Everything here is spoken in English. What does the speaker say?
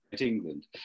England